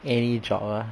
any job ah